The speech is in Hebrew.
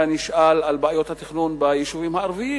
נשאל על בעיות התכנון ביישובים הערביים,